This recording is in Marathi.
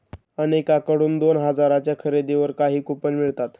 अनेकांकडून दोन हजारांच्या खरेदीवर काही कूपन मिळतात